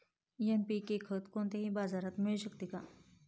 NPK खत कोणत्याही बाजारात मिळू शकते का?